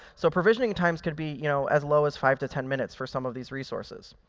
so provisioning times can be you know as low as five to ten minutes for some of these resources.